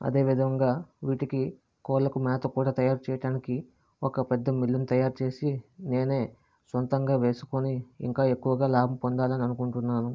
అదేవిధంగా వీటికి కోళ్లకు మేత కూడా తయారు చేయడానికి ఒక పెద్ద మిల్లుని తయారు చేసి నేనే సొంతంగా వేసుకొని ఇంకా ఎక్కువగా లాభం పొందాలని అనుకుంటున్నాను